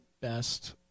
best